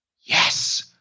yes